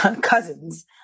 cousins